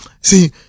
see